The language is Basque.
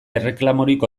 erreklamorik